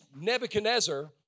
nebuchadnezzar